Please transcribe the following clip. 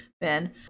Ben